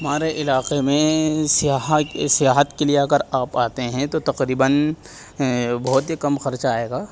ہمارے علاقے میں سیاحت سیاحت کے لیے اگر آپ آتے ہیں تو تقریباً بہت ہی کم خرچہ آئے گا